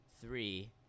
Three